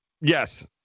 Yes